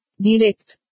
Direct